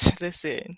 listen